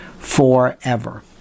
forever